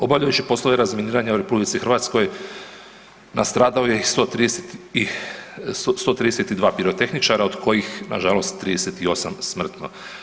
Obavljajući poslove razminiranja u RH nastradao je i 132 pirotehničara od kojih nažalost 38 smrtno.